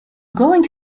going